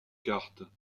cartes